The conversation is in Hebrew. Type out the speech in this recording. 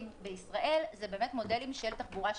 בישראל זה באמת מודלים של תחבורה שיתופית,